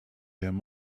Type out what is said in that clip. him